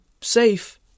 safe